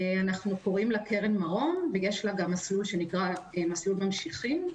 אנחנו קוראים לה קרן מרום ויש לה מסלול שנקרא מסלול ממשיכים.